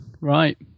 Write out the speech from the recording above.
Right